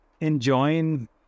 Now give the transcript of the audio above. enjoying